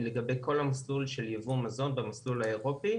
לגבי כל המסלול של ייבוא מזון במסלול האירופי.